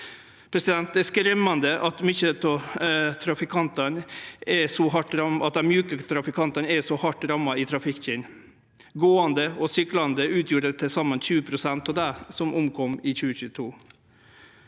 Det er skremmande at dei mjuke trafikantane er så hardt ramma i trafikken. Gåande og syklande utgjorde til saman 20 pst. av dei som omkom i 2022.